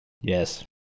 Yes